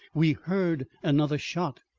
we heard another shot.